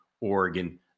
Oregon